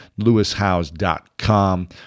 lewishouse.com